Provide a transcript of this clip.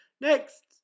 next